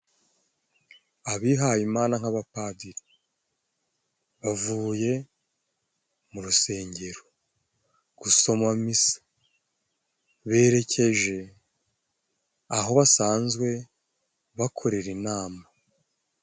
Abihayimana nk'abapadiri bavuye mu rusengero gusoma misa, berekeje aho basanzwe bakorera inama.